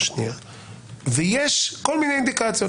ויש כל מיני אינדיקציות.